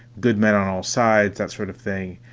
good men on all sides. that sort of thing.